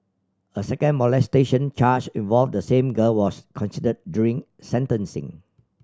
a second molestation charge involve the same girl was considered during sentencing